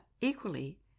equally